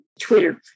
Twitter